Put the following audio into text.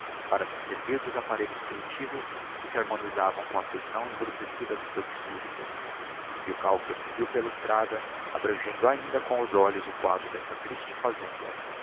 para se servir dos apparelhos primitivos que se harmonisavam com afeição embrutecida do seu espirito milkau proseguia pela estrada abrangendo ainda com os olhos o quadro d'essa triste fazenda